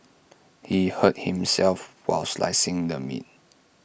he hurt himself while slicing the meat